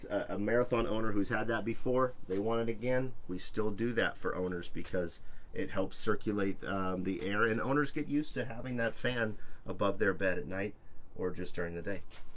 a marathon owner who's had that before, they want it again. we still do that for owners because it helps circulate the air and owners get used to having that fan above their bed at night or just during the day.